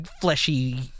fleshy